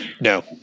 no